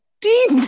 deep